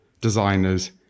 designers